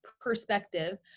perspective